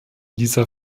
dieser